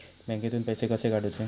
बँकेतून पैसे कसे काढूचे?